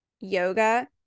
yoga